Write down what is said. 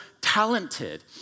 talented